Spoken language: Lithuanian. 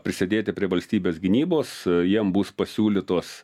prisidėti prie valstybės gynybos jiem bus pasiūlytos